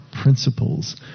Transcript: principles